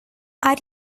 are